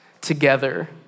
together